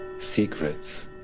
Secrets